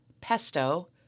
Pesto